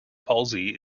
palsy